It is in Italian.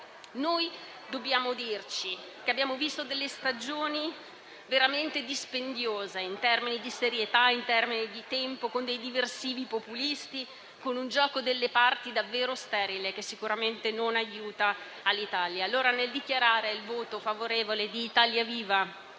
Noi dobbiamo riconoscere che abbiamo visto delle stagioni veramente dispendiose, in termini di serietà e in termini di tempo, con dei diversivi populisti e con un gioco delle parti davvero sterile, che sicuramente non aiuta l'Italia. Pertanto, nel dichiarare il voto favorevole di Italia Viva